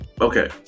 okay